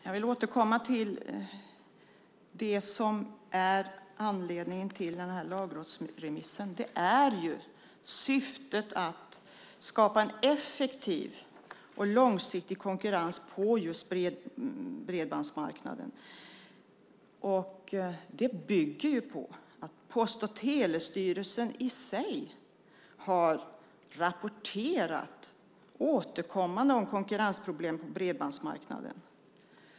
Fru talman! Jag vill återkomma till det som är anledningen till lagrådsremissen. Syftet är att skapa en effektiv och långsiktig konkurrens på bredbandsmarknaden. Det bygger på att Post och telestyrelsen i sig återkommande har rapporterat om konkurrensproblem på bredbandsmarknaden.